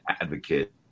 advocate